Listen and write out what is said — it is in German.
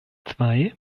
zwei